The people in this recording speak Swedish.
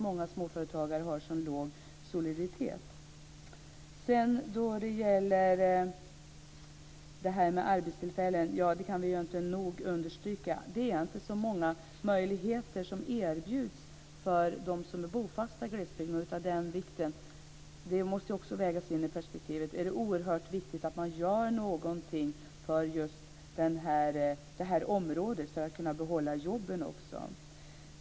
Många småföretagare har så låg soliditet. Vad det gäller arbetstillfällen vill jag säga att vi inte nog kan understryka att det inte erbjuds så många möjligheter för dem som är bofasta i glesbygden. Det måste också vägas in. Av den anledningen är det oerhört viktigt att vi gör någonting på just detta område, så att de kan behålla jobben.